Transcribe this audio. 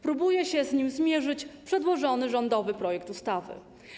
Próbuje się z nim zmierzyć przedłożony rządowy projekt ustawy.